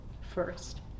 first